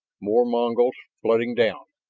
more mongols flooding down.